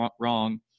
wrong